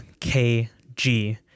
KG